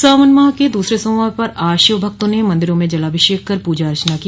सावन माह के दूसरे सोमवार पर आज शिव भक्तों ने मंदिरों में जलाभिषेक कर पूजा अर्चना की